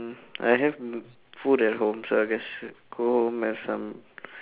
I have food at home so I guess go home have some